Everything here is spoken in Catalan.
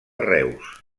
reus